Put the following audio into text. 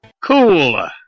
Cool